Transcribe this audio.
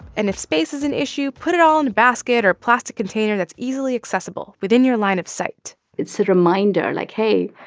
and if space is an issue, put it all in a basket or plastic container that's easily accessible within your line of sight it's a reminder. like, hey,